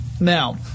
Now